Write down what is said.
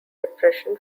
depression